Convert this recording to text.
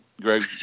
Greg